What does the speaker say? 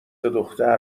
دختر